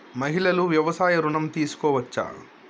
మహిళలు వ్యవసాయ ఋణం తీసుకోవచ్చా?